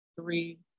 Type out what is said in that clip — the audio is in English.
three